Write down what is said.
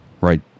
right